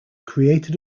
created